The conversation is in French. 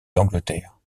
d’angleterre